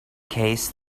case